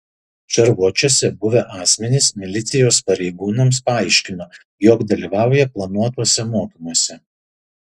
šarvuočiuose buvę asmenys milicijos pareigūnams paaiškino jog dalyvauja planuotuose mokymuose